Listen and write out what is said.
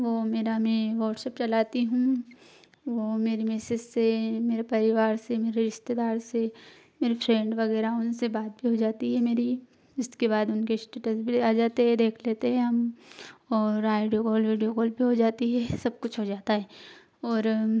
वह मेरा में व्हाट्सप चलाती हूँ वह मेरी मैसेस से मेरे परिवार से मेरे रिस्तेदार से मेरे फ्रेंड वगैरह उनसे बात भी हो जाती है मेरी इसके बाद उनके स्टेटस भी आ जाते हैं देख लेते हैं हम और आयडू कॉल वीडियो कॉल भी हो जाती है सब कुछ हो जाता है और